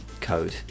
code